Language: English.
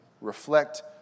reflect